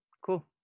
Cool